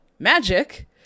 magic